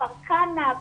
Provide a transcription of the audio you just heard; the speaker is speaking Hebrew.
בכפר כנא,